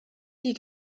die